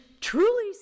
truly